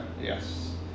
Yes